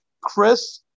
Chris